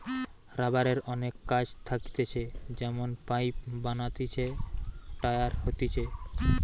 রাবারের অনেক কাজ থাকতিছে যেমন পাইপ বানাতিছে, টায়ার হতিছে